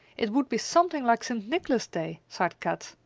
it would be something like st. nicholas day! sighed kat.